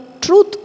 truth